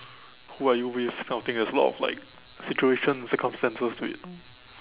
who are you with this kind of thing there is a lot of like situation circumstances to it